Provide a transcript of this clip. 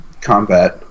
combat